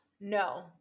no